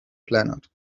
planet